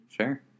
Sure